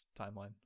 timeline